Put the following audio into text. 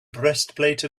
breastplate